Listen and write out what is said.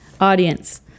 audience